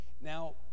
Now